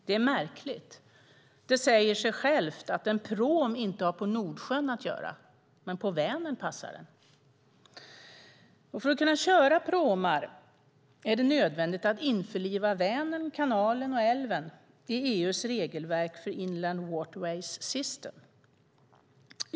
Det är märkligt. Det säger sig självt att en pråm inte har på Nordsjön att göra, men på Vänern passar den. För att kunna köra pråmar är det nödvändigt att införliva Vänern, kanalen och älven i EU:s regelverk Inland Waterway System.